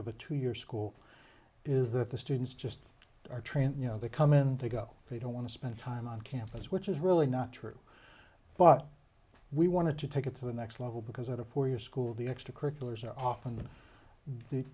of a two year school is that the students just are trained you know they come in they go they don't want to spend time on campus which is really not true but we want to take it to the next level because at a four year school the extracurriculars are often the